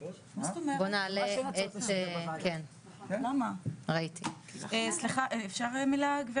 סליחה, גברתי אפשר מילה?